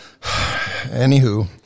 Anywho